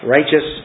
Righteous